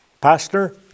pastor